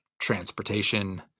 transportation